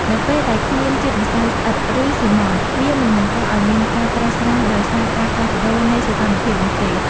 នៅពេលដែលគ្មានជាតិម្សៅស្អិត ឬ ស៊ីម៉ងត៍ វាមិនបង្កឱ្យមានការប្រេះស្រាំដោយសារការផ្លាស់ប្ដូរនៃសីតុណ្ហភាពនោះទេ។